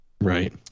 right